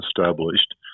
established